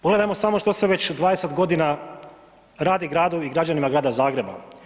Pogledajmo samo što se već 20 godina radi gradu i građanima grada Zagreba.